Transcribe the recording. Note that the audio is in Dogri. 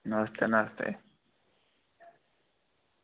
नमस्ते नमस्ते